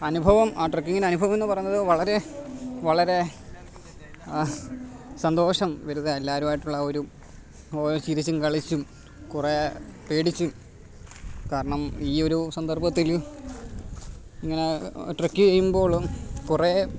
അനുഭവം ആ ട്രകിങ്ങിന്റെ അനുഭവം എന്ന് പറയുന്നത് വളരെ വളരെ സന്തോഷം വെറുതെ എല്ലാരുമായിട്ടുള്ള ഒരു ഓ ചിരിച്ചും കളിച്ചും കുറേ പേടിച്ചും കാരണം ഈ ഒരു സന്ദര്ഭത്തില് ഇങ്ങനെ ട്രക്ക് ചെയ്യും ബോളും കുറേ